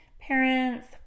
parents